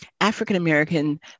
African-American